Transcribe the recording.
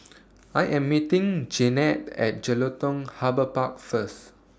I Am meeting Jeanetta At Jelutung Harbour Park First